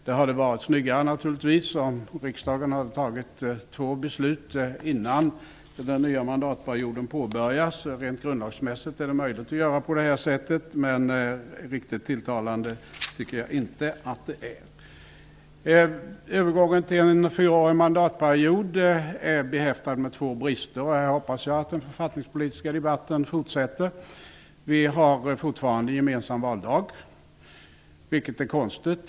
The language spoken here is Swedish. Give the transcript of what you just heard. Det hade naturligtvis varit snyggare om riksdagen hade fattat två beslut innan den nya mandatperioden påbörjas. Rent grundlagsmässigt är det möjligt att göra på det här sättet, men riktigt tilltalande är det inte. Övergången till en fyraårig mandatperiod är behäftad med två brister, och jag hoppas därför att den författningspolitiska debatten fortsätter. Vi har fortfarande gemensam valdag, vilket är konstigt.